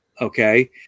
okay